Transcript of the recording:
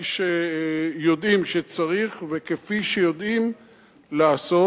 כפי שיודעים שצריך וכפי שיודעים לעשות,